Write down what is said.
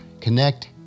connect